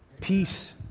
peace